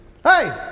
Hey